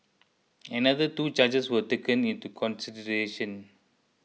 another two charges were taken into consideration